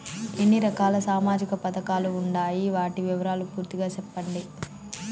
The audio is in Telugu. ఎన్ని రకాల సామాజిక పథకాలు ఉండాయి? వాటి వివరాలు పూర్తిగా సెప్పండి?